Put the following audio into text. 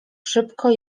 szybko